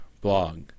blog